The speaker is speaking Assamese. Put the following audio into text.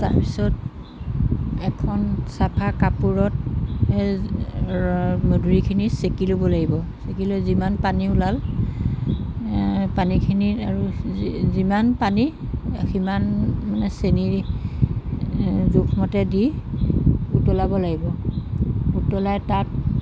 তাৰপিছত এখন চাফা কাপোৰত সেই মধুৰিখিনি চেকি ল'ব লাগিব চেকি লৈ যিমান পানী ওলাল পানীখিনি আৰু যিমান পানী সিমান চেনী জোখমতে দি উতলাব লাগিব উতলাই তাত